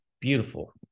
beautiful